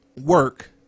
work